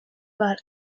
war